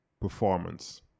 performance